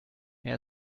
mehr